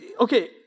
Okay